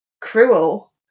cruel